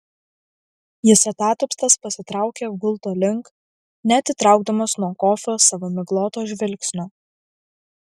jis atatupstas pasitraukė gulto link neatitraukdamas nuo kofio savo migloto žvilgsnio